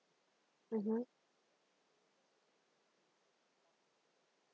mmhmm